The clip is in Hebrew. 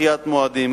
דחיית מועדים,